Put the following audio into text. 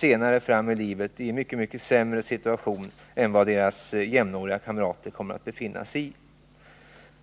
längre fram i livet kommer i en mycket sämre situation än vad deras jämnåriga kamrater kommer att befinna sig i.